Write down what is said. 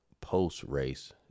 post-race